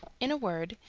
in a word,